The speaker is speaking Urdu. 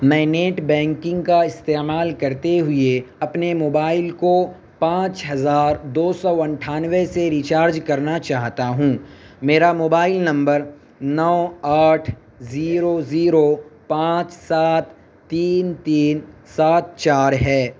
میں نیٹ بینکنگ کا استعمال کرتے ہوئے اپنے موبائل کو پانچ ہزار دو سو انٹھانوے سے ریچارج کرنا چاہتا ہوں میرا موبائل نمبر نو آٹھ زیرو زیرو پانچ سات تین تین سات چار ہے